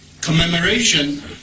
commemoration